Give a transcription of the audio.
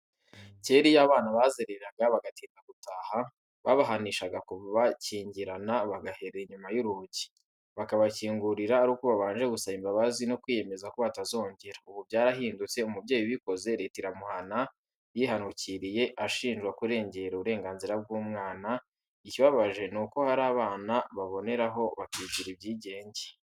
Kera iyo abana bazereraga bagatinda gutaha babahanishaga kubakingirana bagahera inyuma y'urugi, bakabakingurira ari uko babanje gusaba imbabazi no kwiyemeza ko batazongera, ubu byarahindutse umubyeyi ubikoze leta iramuhana yihanukiriye ashinjwa kurengera uburenganzira bw'umwana, ikibabaje ni uko hari abana baboneraho bakigira ibyigenge.